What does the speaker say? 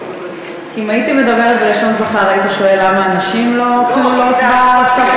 אם הייתי מדברת בלשון זכר היית שואל למה הנשים לא כלולות בשפה?